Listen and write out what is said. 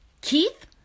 Keith